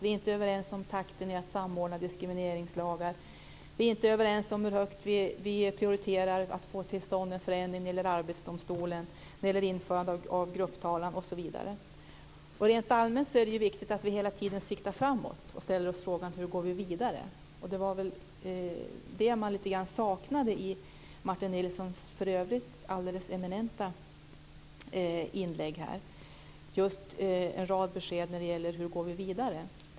V är inte överens om takten i att samordna diskrimineringslagar, inte om hur högt vi prioriterar att få till stånd en förändring när det gäller Rent allmänt är det viktigt att vi hela tiden siktar framåt och ställer oss frågan: Hur går vi vidare? Det är väl det man lite grann saknade i Martin Nilssons för övrigt alldeles eminenta inlägg, en rad besked om hur vi går vidare.